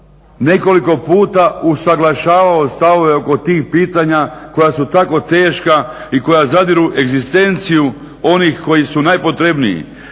nekoliko puta usuglašavao stavove oko tih pitanja koja su tako teška i koja zadiru u egzistenciju onih koji su najpotrebniji,